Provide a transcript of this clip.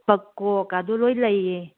ꯄꯀꯣꯛꯀꯥꯗꯣ ꯂꯣꯏ ꯂꯩꯌꯦ